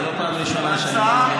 זה לא פעם ראשונה שאני לא מבין אותך.